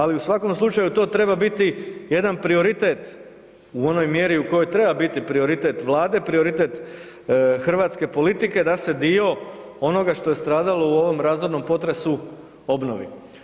Ali u svakom slučaju to treba biti jedan prioritet u onoj mjeri u kojoj treba biti prioritet Vlade, prioritet hrvatske politike da se dio onoga što je stradalo u ovom razornom potresu obnovi.